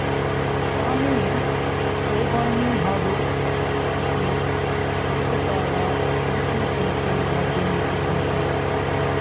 ग्रामे सोबाने हाडु इति एकतारा ओण्टीतन्तीवाद्यमपि भवति तत्र